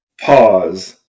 pause